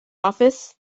office